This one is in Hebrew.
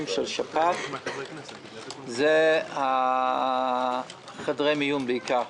של שפעת ואחת הבעיות זה חדרי המיון בעיקר.